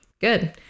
Good